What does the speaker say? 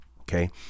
Okay